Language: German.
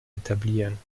etablieren